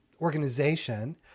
organization